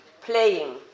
playing